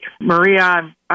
Maria